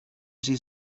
sie